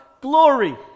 glory